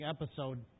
episode